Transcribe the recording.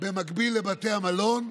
במקביל לבתי המלון,